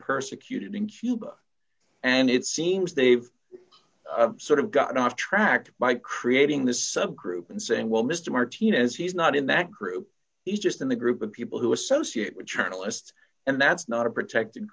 persecuted in cuba and it seems they've sort of gotten off track by creating this subgroup and saying well mr martinez he's not in that group he's just in the group of people who associate with journalists and that's not a protected